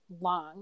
long